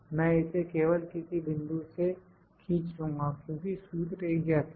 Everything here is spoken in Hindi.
मैं इसे केवल किसी बिंदु से खींच लूँगा क्योंकि सूत्र एक जैसा है